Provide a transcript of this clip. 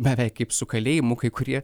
beveik kaip su kalėjimu kai kurie